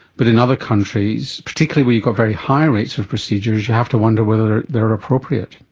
but in other countries, particularly where you've got very high rates of procedures, you have to wonder whether they are appropriate.